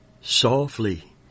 Softly